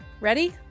Ready